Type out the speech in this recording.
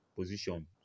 position